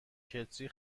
کتری